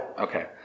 Okay